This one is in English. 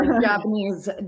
Japanese